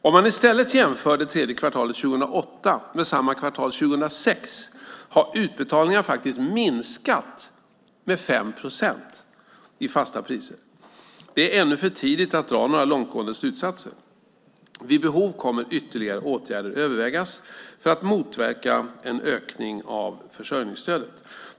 Om man i stället jämför det tredje kvartalet 2008 med samma kvartal 2006 har utbetalningarna faktiskt minskat med 5 procent i fasta priser. Det är ännu för tidigt att dra några långtgående slutsatser. Vid behov kommer ytterligare åtgärder att övervägas för att motverka en ökning av försörjningsstödet.